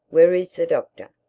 where is the doctor?